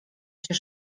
się